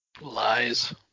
Lies